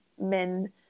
men